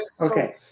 okay